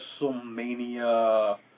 WrestleMania